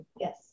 Yes